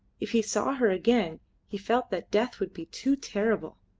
if he saw her again he felt that death would be too terrible.